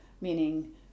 meaning